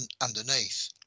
underneath